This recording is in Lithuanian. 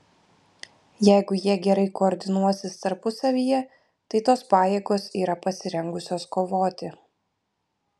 jeigu jie gerai koordinuosis tarpusavyje tai tos pajėgos yra pasirengusios kovoti